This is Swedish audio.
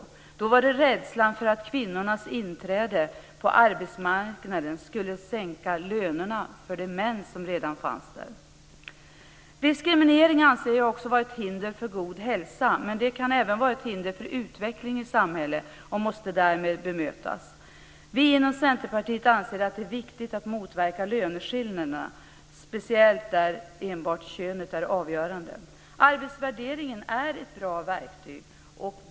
Då var det rädslan för att kvinnornas inträde på arbetsmarknaden skulle sänka lönerna för de män som redan fanns där. Diskriminering anser jag också vara ett hinder för god hälsa, men det kan även vara ett hinder för utveckling i samhället och måste därmed bemötas. Vi inom Centerpartiet anser att det är viktigt att motverka löneskillnaderna, speciellt där enbart könet är avgörande. Arbetsvärderingen är ett bra verktyg.